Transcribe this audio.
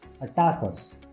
attackers